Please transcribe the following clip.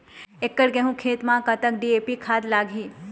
एकड़ गेहूं खेत म कतक डी.ए.पी खाद लाग ही?